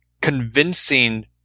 convincing